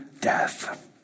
death